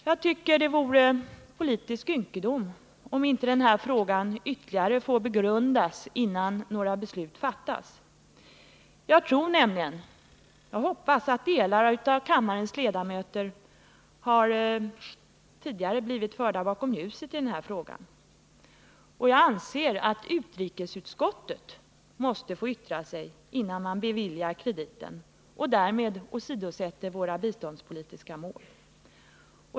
Jag tycker det vore politisk ynkedom om inte denna fråga ytterligare får begrundas innan några beslut fattas. Jag tror och hoppas nämligen att vissa av kammarens ledamöter tidigare har blivit förda bakom ljuset i denna fråga. Och jag anser att utrikesutskottet måste få yttra sig innan man beviljar krediten och därmed åsidosätter våra biståndspolitiska mål.